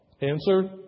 Answer